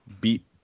beat